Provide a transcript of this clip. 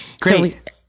Great